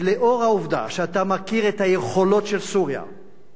ולאור העובדה שאתה מכיר את היכולות של סוריה,